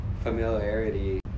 familiarity